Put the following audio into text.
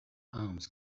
arms